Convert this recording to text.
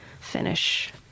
finish